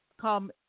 come